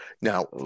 Now